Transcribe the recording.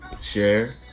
share